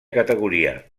categoria